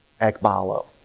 ekbalo